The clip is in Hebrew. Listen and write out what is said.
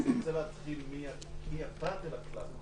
אני רוצה להתחיל מהכלל אל הפרט.